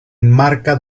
enmarca